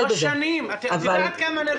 שלוש שנים, את יודעת כמה נרצחו?